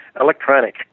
electronic